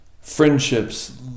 friendships